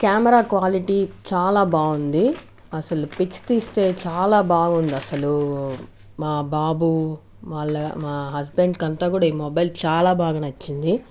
camera quality చాలా బాగుంది అసలు పిక్స్ తీస్తే చాలా బాగుంది అసలు మా బాబు వాళ్ళ మా హస్బెండ్కి అంతా కూడా ఈ మొబైల్ చాలా బాగా నచ్చింది